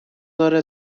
داره